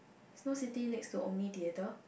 Snow City next to Omni Theater